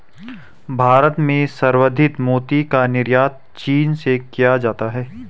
भारत में संवर्धित मोती का निर्यात चीन से किया जाता है